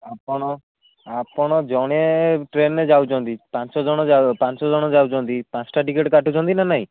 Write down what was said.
ଆପଣ ଆପଣ ଜଣେ ଟ୍ରେନରେ ଯାଉଛନ୍ତି ପାଞ୍ଚ ଜଣ ପାଞ୍ଚ ଜଣ ଯାଉଛନ୍ତି ପାଞ୍ଚଟା ଟିକେଟ୍ କାଟୁଛନ୍ତି ନା ନାହିଁ